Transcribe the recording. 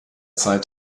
zeit